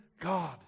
God